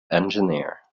engineer